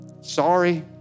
Sorry